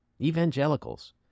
evangelicals